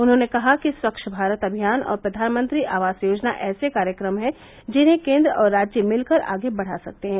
उन्होंने कहा कि स्वच्छ भारत अभियान और प्रधानमंत्री आवास योजना ऐसे कार्यक्रम हैं जिन्हें केन्द्र और राज्य मिलकर आगे बढ़ा सकते हैं